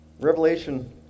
Revelation